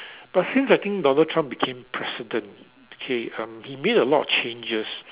but since I think Donald-Trump became president K um he made a lot of changes